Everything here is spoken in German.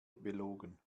belogen